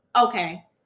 okay